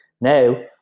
Now